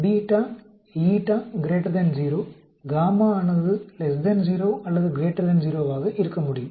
β η 0 γ ஆனது 0 அல்லது 0 ஆக இருக்க முடியும்